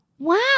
Wow